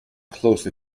close